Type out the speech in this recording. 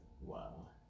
Wow